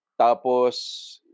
tapos